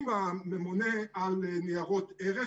ניירות ערך,